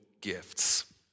gifts